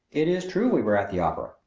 it is true we were at the opera.